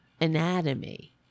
anatomy